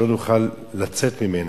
שלא נוכל לצאת ממנה.